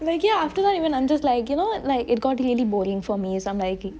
ya after that I'm just like it got really boring for me so I'm like okay